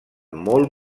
molt